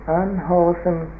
unwholesome